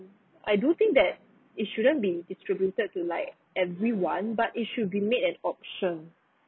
I do think that it shouldn't be distributed to like everyone but it should be made as option